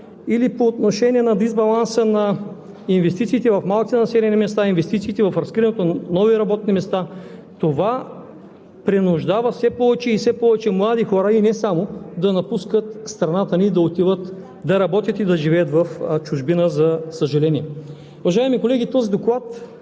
или по отношение на дисбаланса на инвестициите в малките населени места, инвестициите в разкриването на нови работни места, принуждава все повече и все повече млади хора, и не само, да напускат страната ни, да отиват да работят и да живеят в чужбина, за съжаление. Уважаеми колеги, този доклад